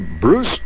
Bruce